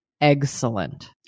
excellent